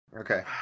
Okay